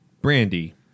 Brandy